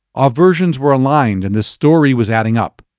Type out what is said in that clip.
ah versions were aligned and the story was adding up.